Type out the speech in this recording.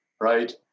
right